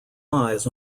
eyes